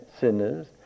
sinners